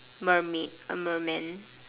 mermaid a merman